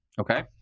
Okay